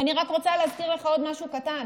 אני רק רוצה להזכיר לך עוד משהו קטן.